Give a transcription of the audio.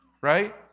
Right